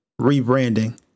rebranding